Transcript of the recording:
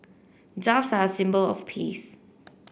doves are symbol of peace